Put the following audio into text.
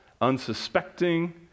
unsuspecting